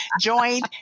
joined